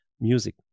music